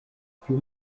few